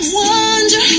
wonder